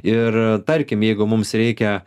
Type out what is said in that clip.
ir e tarkim jeigu mums reikia